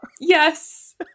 Yes